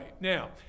Now